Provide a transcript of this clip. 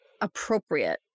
appropriate